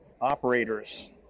operators